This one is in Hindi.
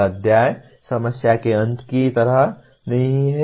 यह अध्याय समस्या के अंत की तरह नहीं है